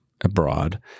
abroad